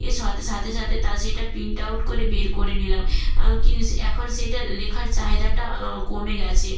সথে সাথে সাথে তারা সেইটা প্রিন্ট আউট করে বের করে নিলাম আমি কিন্তু সে এখন সেইটা লেখার চাহিদাটা কমে গেছে